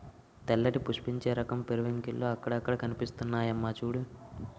తెల్లటి పుష్పించే రకం పెరివింకిల్లు అక్కడక్కడా కనిపిస్తున్నాయమ్మా చూడూ